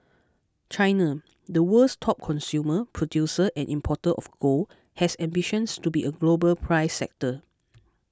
China the world's top consumer producer and importer of gold has ambitions to be a global price setter